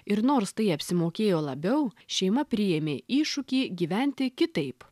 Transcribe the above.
ir nors tai apsimokėjo labiau šeima priėmė iššūkį gyventi kitaip